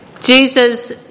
Jesus